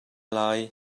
lai